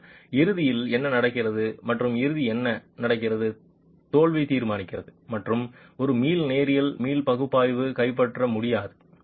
ஆனால் இறுதி என்ன நடக்கிறது மற்றும் இறுதி என்ன நடக்கிறது தோல்வி தீர்மானிக்கிறது மற்றும் ஒரு மீள் நேரியல் மீள் பகுப்பாய்வு கைப்பற்ற முடியாது